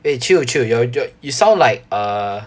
eh chill chill you're you're you sound like uh